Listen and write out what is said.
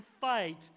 fight